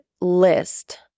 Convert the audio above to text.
list